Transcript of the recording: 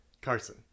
Carson